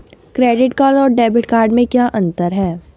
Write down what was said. Credit card और debit card में क्या अंतर है?